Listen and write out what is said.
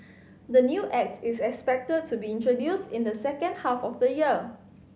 the new Act is expected to be introduced in the second half of the year